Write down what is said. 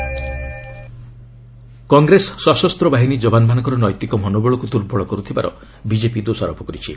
BJP Congress Congress ସଶସ୍ତ ବାହିନୀ ଯବାନମାନଙ୍କର ନୈତିକ ମନୋବଳକୁ ଦୁର୍ବଳ କରିଥିବାର ବିଜେପି ଦୋଷାରୋପ କରିଛି